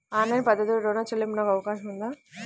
Online పద్ధతిలో రుణ చెల్లింపునకు అవకాశం ఉందా?